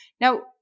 Now